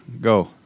Go